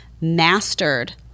mastered